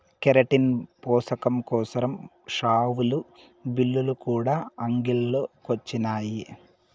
keratin పోసకం కోసరం షావులు, బిల్లులు కూడా అంగిల్లో కొచ్చినాయి